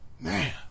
man